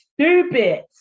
stupid